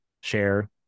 share